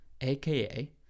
aka